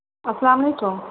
اَلسلام علیکُم